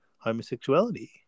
homosexuality